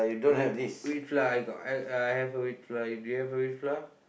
wheat wheat flour I got I I I have a wheat flour do you have a wheat flour